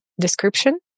description